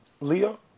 Leo